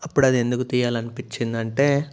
అప్పుడు అది ఎందుకు తియ్యాలి అనిపించింది అంటే